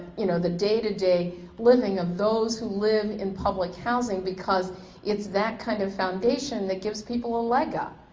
you know day to day living of those who live in public housing because it's that kind of foundation that gives people a leg up.